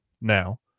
now